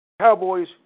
Cowboys